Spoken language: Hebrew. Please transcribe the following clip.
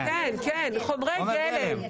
חומרי גלם.